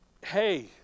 hey